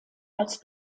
als